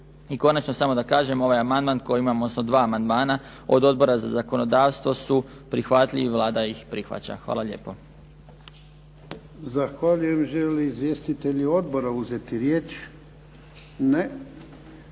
I konačno samo da kažem, ovaj amandman koji imamo odnosno dva amandmana od Odbora za zakonodavstvo su prihvatljivi i Vlada ih prihvaća. Hvala lijepo. **Jarnjak, Ivan (HDZ)** Zahvaljujem. Žele li izvjestitelji odbora uzeti riječ? Ne.